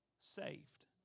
saved